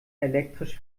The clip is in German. elektrisch